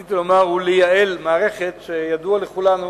רציתי לומר, הוא לייעל מערכת, שידוע לכולנו